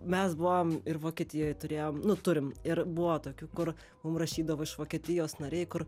mes buvom ir vokietijoj turėjom nu turim ir buvo tokių kur mum rašydavo iš vokietijos nariai kur